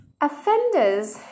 Offenders